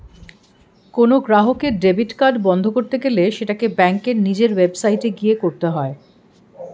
কোনো গ্রাহকের debit card বন্ধ করতে গেলে সেটাকে ব্যাঙ্কের নিজের ওয়েবসাইটে গিয়ে করতে হয়ে